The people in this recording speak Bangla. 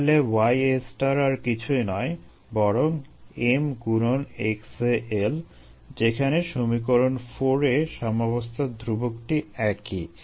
তাহলে yA আর কিছুই নয় বরং m গুণন xAL যেখানে সমীকরণ 4 এ সাম্যাবস্থার ধ্রুবকটি একই